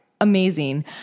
amazing